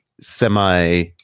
semi